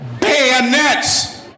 bayonets